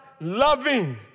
loving